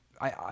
I-